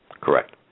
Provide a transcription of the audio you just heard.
correct